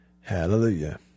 Hallelujah